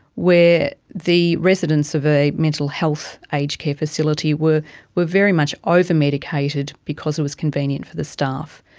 where the residents of a mental health aged care facility were were very much over-medicated because it was convenient for the staff.